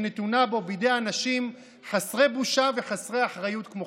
נתונה בו בידי אנשים חסרי בושה וחסרי אחריות כמוכם.